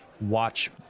watch